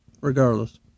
regardless